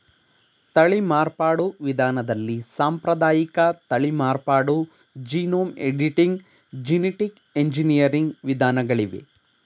ತಳಿ ಮಾರ್ಪಾಡು ವಿಧಾನದಲ್ಲಿ ಸಾಂಪ್ರದಾಯಿಕ ತಳಿ ಮಾರ್ಪಾಡು, ಜೀನೋಮ್ ಎಡಿಟಿಂಗ್, ಜೆನಿಟಿಕ್ ಎಂಜಿನಿಯರಿಂಗ್ ವಿಧಾನಗಳಿವೆ